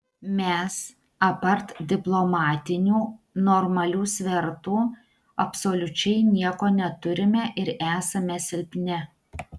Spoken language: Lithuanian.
mes apart diplomatinių normalių svertų absoliučiai nieko neturime ir esame silpni